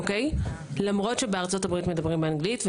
למרות שבארצות הברית מדברים אנגלית,